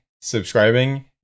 subscribing